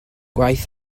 gwaith